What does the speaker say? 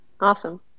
Awesome